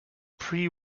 pre